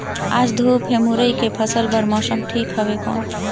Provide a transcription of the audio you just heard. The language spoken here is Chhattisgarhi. आज धूप हे मुरई के फसल बार मौसम ठीक हवय कौन?